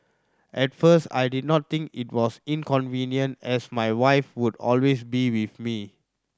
at first I did not think it was inconvenient as my wife would always be with me